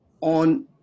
on